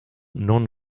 non